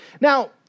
Now